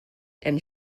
and